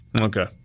Okay